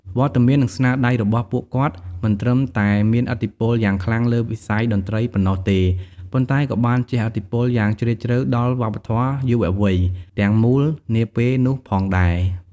វត្តមាន និងស្នាដៃរបស់ពួកគាត់មិនត្រឹមតែមានឥទ្ធិពលយ៉ាងខ្លាំងលើវិស័យតន្ត្រីប៉ុណ្ណោះទេ ប៉ុន្តែក៏បានជះឥទ្ធិពលយ៉ាងជ្រាលជ្រៅដល់វប្បធម៌យុវវ័យទាំងមូលនាពេលនោះផងដែរ។